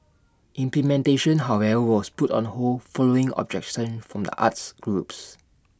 implementation however was put on hold following objection from the arts groups